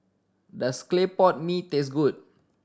does clay pot mee taste good